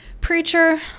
preacher